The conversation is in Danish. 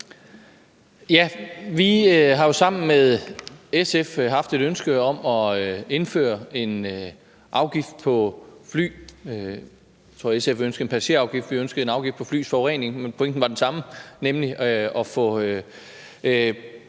Vi har jo sammen med SF haft et ønske om at indføre en afgift på fly – jeg tror, SF ønskede en passagerafgift, og vi ønskede en afgift på flys forurening, men pointen var den samme, nemlig at få